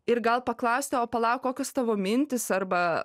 ir gal paklausti o palauk kokios tavo mintys arba